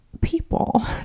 people